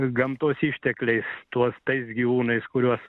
gamtos ištekliais tuos tais gyvūnais kuriuos